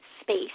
space